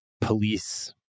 police